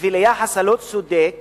וליחס הלא-צודק